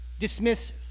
dismissive